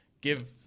give